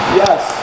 yes